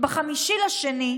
ב-5 בפברואר,